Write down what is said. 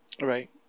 Right